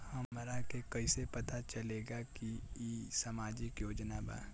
हमरा के कइसे पता चलेगा की इ सामाजिक योजना बा?